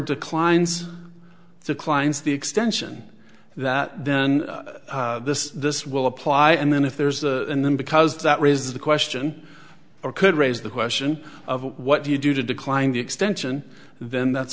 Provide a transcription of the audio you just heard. declines to klein's the extension that then this this will apply and then if there's and then because that raises the question or could raise the question of what do you do to decline the extension then that's